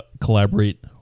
collaborate